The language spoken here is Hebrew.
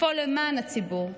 לפעול למען הציבור,